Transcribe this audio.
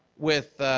with